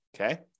Okay